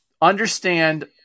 understand